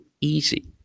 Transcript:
easy